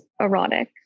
erotic